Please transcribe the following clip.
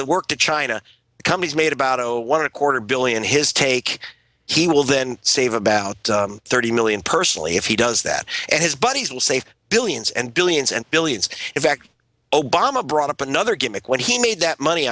the work to china companies made about zero one a quarter billion his take he will then save about thirty million personally if he does that and his buddies will save billions and billions and billions in fact obama brought up another gimmick when he made that money